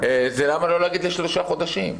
למה לא להאריך לשלושה חודשים.